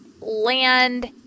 land